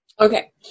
Okay